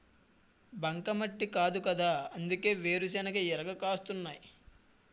బంకమట్టి కాదుకదా అందుకే వేరుశెనగ ఇరగ కాస్తున్నాయ్